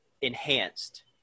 enhanced